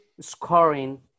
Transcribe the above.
scoring